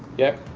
yep.